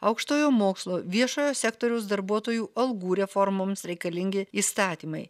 aukštojo mokslo viešojo sektoriaus darbuotojų algų reformoms reikalingi įstatymai